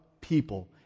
people